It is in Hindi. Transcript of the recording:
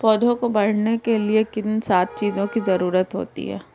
पौधों को बढ़ने के लिए किन सात चीजों की जरूरत होती है?